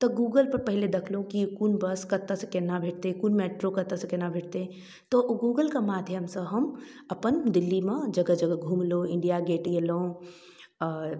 तऽ गूगलपर पहिले देखलहुँ की कोन बस कतऽसँ केना भेटतै कोन मैट्रो कतऽसँ केना भेटतै तऽ ओ गूगलके माध्यमसँ हम अपन दिल्लीमे जगह जगह घुमलहुँ इण्डिय गेट गेलहुँ आओर